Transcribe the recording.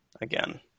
again